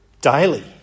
daily